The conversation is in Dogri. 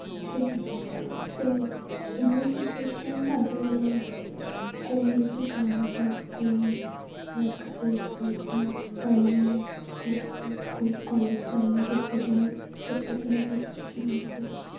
ठीक ऐ ते दुई सिचुएशन अगर कोई बी कम्म मतलब कोई वर्क पलेस जियां अस पढ़ने स्कुल स्कुल कालेज पढ़नेई पेपर देने पेपर देने दी कोई सिचुएशन आंदी ते